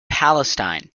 palestine